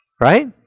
Right